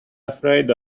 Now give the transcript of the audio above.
afraid